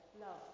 love